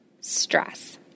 stress